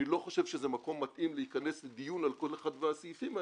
אני לא חושב שזה מקום מתאים להכנס לדיון על כל אחד מהסעיפים האלה,